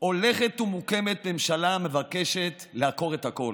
הולכת ומוקמת ממשלה המבקשת לעקור את הכול.